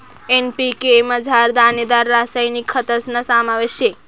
NPK मझार दानेदार रासायनिक खतस्ना समावेश शे